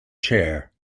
chair